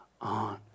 on